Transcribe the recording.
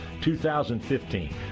2015